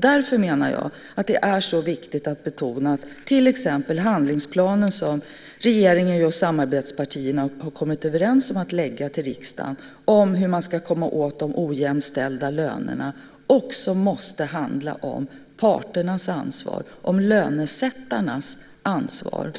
Därför menar jag att det är så viktigt att betona att den handlingsplan som regeringen och samarbetspartierna har kommit överens om att lägga fram för riksdagen om hur man ska komma åt de ojämställda lönerna också måste handla om parternas ansvar, om lönesättarnas ansvar.